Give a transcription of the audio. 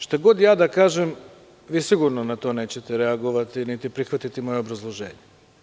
Šta god da kažem sigurno na to nećete reagovati niti prihvatiti moje obrazloženje.